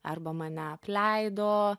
arba mane apleido